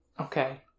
Okay